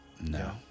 No